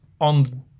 on